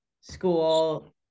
school